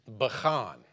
bachan